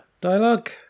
Dialogue